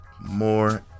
more